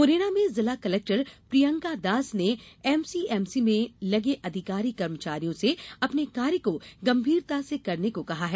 मुरैना में जिला कलेक्टर प्रियंका दास ने एमसीएमसी में लगे अधिकारी कर्मचारियों से अपने कार्य को गंभीरता से करने को कहा है